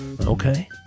Okay